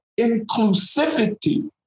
inclusivity